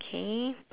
K